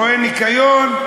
רואה ניקיון,